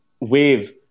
wave